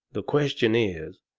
the question is,